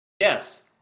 Yes